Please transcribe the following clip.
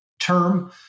term